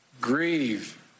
grieve